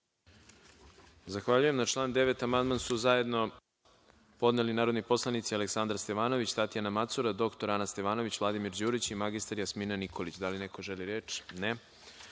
Milićević** Na član 9. amandman su zajedno podneli narodni poslanici Aleksandar Stevanović, Tatjana Macura, dr Ana Stevanović, Vladimir Đurić i mr Jasmina Nikolić. Da li neko želi reč?